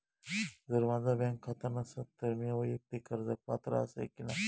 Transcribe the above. जर माझा बँक खाता नसात तर मीया वैयक्तिक कर्जाक पात्र आसय की नाय?